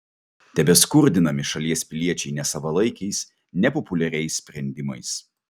tebeskurdinami šalies piliečiai nesavalaikiais nepopuliariais sprendimais